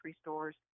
stores